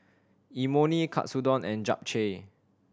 Imoni Katsudon and Japchae